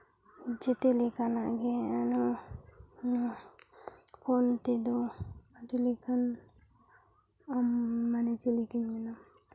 ᱡᱮᱛᱮ ᱞᱮᱠᱟᱱᱟᱜ ᱜᱮ ᱟᱫᱚ ᱱᱚᱣᱟ ᱯᱷᱳᱱ ᱛᱮᱫᱚ ᱟᱹᱰᱤ ᱞᱮᱠᱟᱱ ᱟᱢ ᱢᱟᱱᱮ ᱪᱮᱫ ᱞᱮᱠᱟᱧ ᱢᱮᱱᱟ